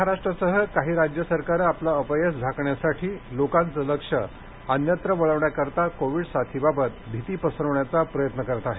महाराष्ट्रासह काही राज्य सरकारं आपलं अपयश झाकण्यासाठी लोकांचं लक्ष अन्यत्र वळवण्याकरता कोविड साथीबाबत भीती पसरवण्याचा प्रयत्न करत आहेत